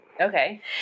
Okay